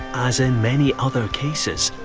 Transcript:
as in many other cases,